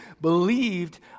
believed